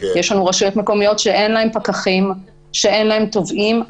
ויש לנו רשויות מקומיות שאין להן פקחים ושאין להן תובעים.